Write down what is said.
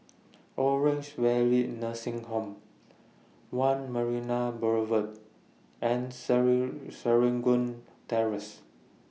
Orange Valley Nursing Home one Marina Boulevard and Serangoon Terrace